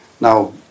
Now